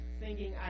singing